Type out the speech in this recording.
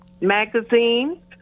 Magazine